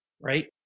Right